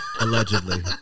Allegedly